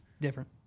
Different